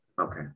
Okay